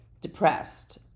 Depressed